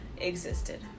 existed